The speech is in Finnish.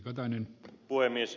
arvoisa puhemies